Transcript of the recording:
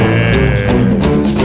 Yes